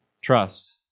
Trust